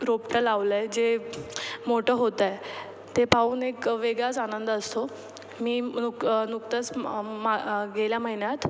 रोपटं लावलं आहे जे मोठं होतं आहे ते पाऊन एक वेगळाच आनंद असतो मी नुक नुकतंच म अम् मा गेल्या महिन्यात